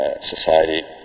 society